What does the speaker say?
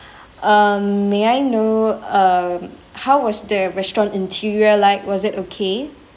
um may I know um how was the restaurant interior like was it okay